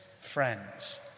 friends